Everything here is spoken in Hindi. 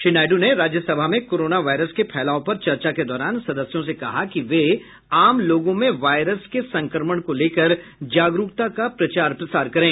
श्री नायडू ने राज्यसभा में कोरोना वायरस के फैलाव पर चर्चा के दौरान सदस्यों से कहा कि वे आम लोगों में वायरस के संक्रमण को लेकर जागरूकता का प्रचार प्रसार करें